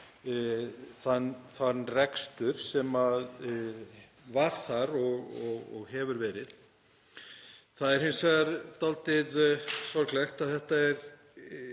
þann rekstur sem var þar og hefur verið. Það er hins vegar dálítið sorglegt að þetta er